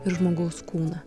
ir žmogaus kūną